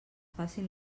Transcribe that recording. facin